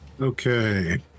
Okay